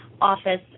office